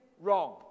wrong